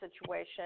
situation